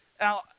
Now